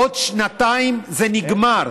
עוד שנתיים זה נגמר,